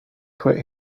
quit